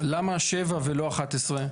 למה 7 ולא 11?